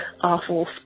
awful